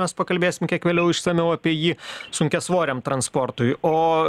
mes pakalbėsim kiek vėliau išsamiau apie jį sunkiasvoriam transportui o